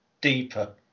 deeper